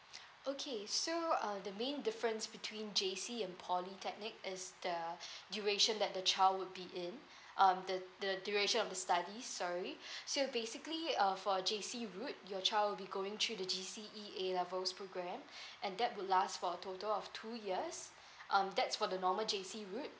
okay so uh the main difference between J_C and polytechnic is the duration that the child would be in um the the duration of the study sorry so basically uh for J_C route your child will be going through the G_C_E A levels program and that will last for a total of two years um that's for the normal J_C route